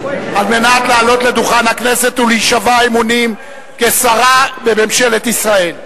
לעלות לדוכן הכנסת ולהישבע אמונים כשרה בממשלת ישראל.